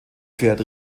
pferd